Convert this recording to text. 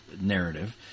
narrative